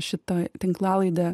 šitą tinklalaidę